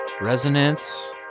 resonance